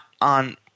on